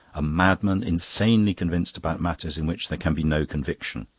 a madman insanely convinced about matters in which there can be no conviction.